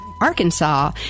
Arkansas